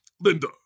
Linda